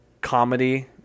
comedy